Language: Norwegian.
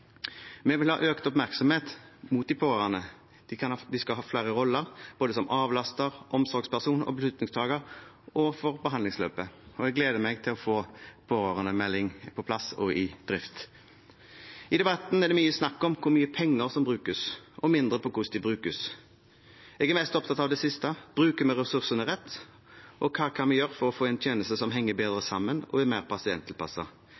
Vi vil ha økt oppmerksomhet mot de pårørende. De skal ha flere roller – både som avlaster, omsorgsperson og beslutningstaker og for behandlingsløpet – og jeg gleder meg til å få pårørendemelding på plass og i drift. I debatten er det mye snakk om hvor mye penger som brukes, og mindre om hvordan de brukes. Jeg er mest opptatt av det siste: Bruker vi ressursene rett, og hva kan vi gjøre for å få en tjeneste som henger bedre